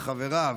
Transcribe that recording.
וחבריו,